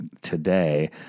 today